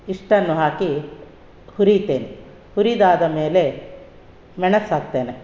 ಇಷ್ಟನ್ನು ಹಾಕಿ ಹುರಿತೇನೆ ಹುರಿದಾದ ಮೇಲೆ ಮೆಣಸು ಹಾಕ್ತೇನೆ